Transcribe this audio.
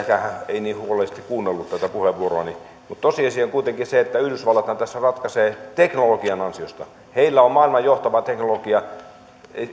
niin huolellisesti kuunnellut tätä puheenvuoroani mutta tosiasia on kuitenkin se että yhdysvallathan tässä ratkaisee teknologian ansiosta heillä on maailman johtava teknologia